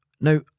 Now